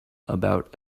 about